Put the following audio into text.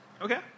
Okay